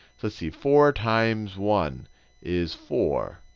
let's see. four times one is four.